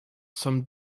some